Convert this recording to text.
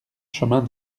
chemin